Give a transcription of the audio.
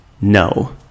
no